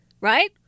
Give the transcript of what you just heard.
right